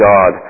God